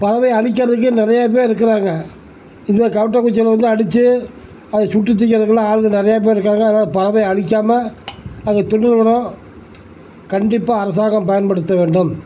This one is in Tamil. பறவை அழிக்கிறதுக்கு நிறையா பேரிருக்காங்க இந்த கவட்டை குச்சியால் வந்து அடிச்சு அதை சுட்டு தின்கிறதுக்கெல்லாம் ஆளுங்கள் நிறையா பேரிருக்காங்க அதனாலே பறவை அழிக்காம அந்த தொண்டு நிறுவனம் கண்டிப்பாக அரசாங்கம் பயன்படுத்த வேண்டும்